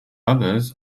others